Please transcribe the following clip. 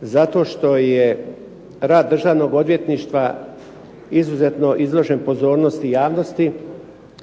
zato što je rad Državnog odvjetništva izuzetno izložen pozornosti javnosti,